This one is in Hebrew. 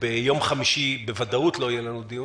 ביום חמישי בוודאות לא יהיה לנו דיון